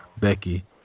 Becky